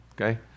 okay